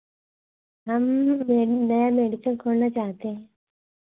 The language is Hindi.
हम नया नया मेडिकल खोलना चाहते हैं